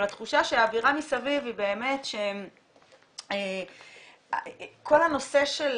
התחושה של האווירה מסביב היא באמת שכל הנושא של